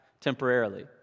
temporarily